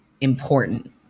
important